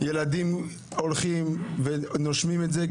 ילדים הולכים ונושמים את זה,